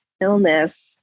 illness